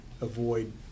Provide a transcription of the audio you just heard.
avoid